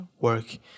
work